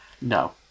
No